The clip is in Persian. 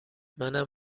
منم